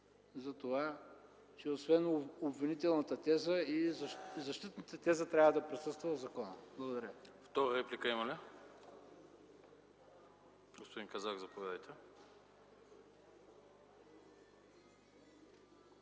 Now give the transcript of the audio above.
за това, че освен обвинителната теза и защитната теза трябва да присъства в закона. Благодаря.